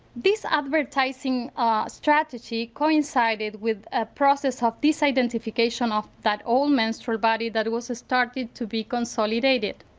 this advertising ah strategy coincided with a process of disidentification of that old menstrual body that was started to be consolidated.